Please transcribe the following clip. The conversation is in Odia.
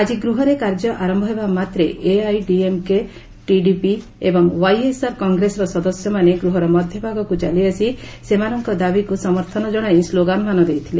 ଆଜି ଗୃହରେ କାର୍ଯ୍ୟ ଆରମ୍ଭ ହେବାମାତ୍ରେ ଏଆଇଏଡିଏମ୍କେ ଟିଡିପି ଏବଂ ଓ୍ବାଇଏସ୍ଆର୍ କଂଗ୍ରେସର ସଦସ୍ୟମାନେ ଗୃହର ମଧ୍ୟଭାଗକୁ ଚାଲିଆସି ସେମାନଙ୍କ ଦାବିକୁ ସମର୍ଥନ ଜଣାଇ ସ୍କୋଗାନମାନ ଦେଇଥିଲେ